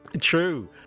True